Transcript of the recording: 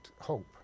hope